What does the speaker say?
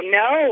no